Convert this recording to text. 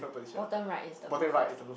bottom right is the blue flag